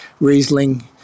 Riesling